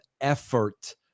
effort